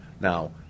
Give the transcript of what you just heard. Now